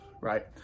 right